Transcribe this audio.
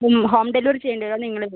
home delivery ചെയ്യേണ്ടി വരും നിങ്ങളിതിൽ